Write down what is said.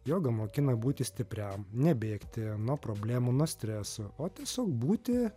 joga mokina būti stipriam nebėgti nuo problemų nuo streso o tiesiog būti